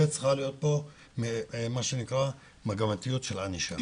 וצריכה להיות פה מה שנקרא מגמתיות של ענישה.